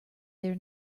their